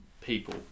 people